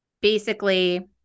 basically-